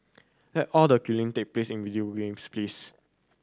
let all the killing take place in video games please